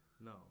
No